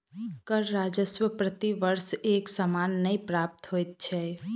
कर राजस्व प्रति वर्ष एक समान नै प्राप्त होइत छै